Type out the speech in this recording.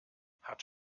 hat